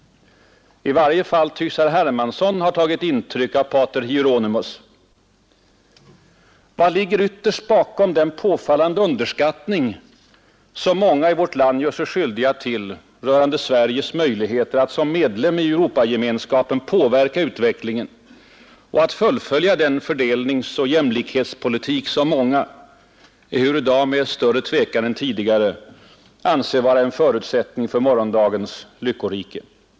I varje fall tycks herr Hermansson ha tagit intryck av pater Hieronymus. Vad ligger ytterst bakom den påfallande underskattning som många i vårt land gör sig skyldiga till rörande Sveriges möjligheter att som medlem i Europagemenskapen påverka utvecklingen och att fullfölja den fördelningsoch jämlikhetspolitik som många — ehuru i dag med större tvekan än tidigare — anser vara en förutsättning för morgondagens lyckorike?